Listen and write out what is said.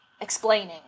explaining